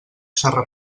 xarra